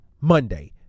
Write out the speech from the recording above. Monday